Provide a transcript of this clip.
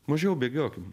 mažiau bėgiokim